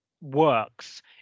works